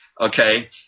Okay